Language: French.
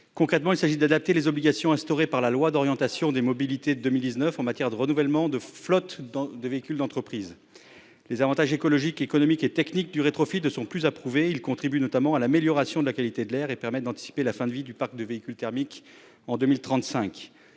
Concrètement, il s'agit d'adapter les obligations instaurées par la loi d'orientation des mobilités de 2019 en matière de renouvellement des flottes de véhicules d'entreprise. Les avantages écologiques, économiques et techniques du rétrofit ne sont plus à prouver. Il contribue notamment à l'amélioration de la qualité de l'air et permet d'anticiper la fin de vie du parc de véhicules thermiques en 2035.